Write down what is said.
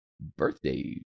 birthday